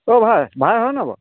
অ' ভাই ভাই হয় ন বাৰু